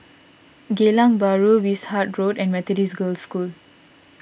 Geylang Bahru Wishart Road and Methodist Girls' School